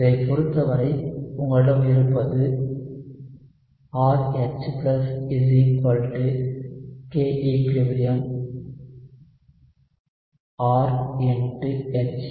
இதைப் பொறுத்தவரை உங்களிடம் இருப்பது RH Kequilibrium R HAA